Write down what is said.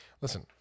Listen